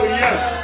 yes